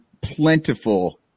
plentiful